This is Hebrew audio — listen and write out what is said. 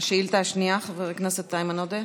השאילתה השנייה, חבר הכנסת איימן עודה.